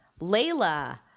Layla